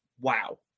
wow